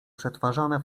przetwarzane